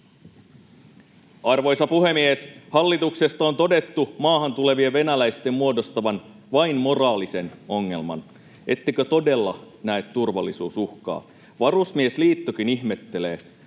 Arvoisa puhemies! Hallituksesta on todettu maahan tulevien venäläisten muodostavan vain moraalisen ongelman. Ettekö todella näe turvallisuusuhkaa? Varusmiesliittokin ihmettelee,